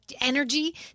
energy